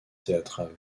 théâtrales